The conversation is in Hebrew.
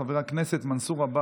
חבר הכנסת ינון אזולאי,